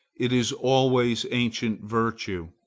it is always ancient virtue.